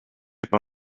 par